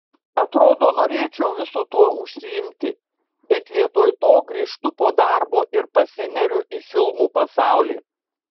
atrodo norėčiau visu tuo užsiimti bet vietoj to grįžtu po darbo ir pasineriu į filmų pasaulį